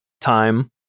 time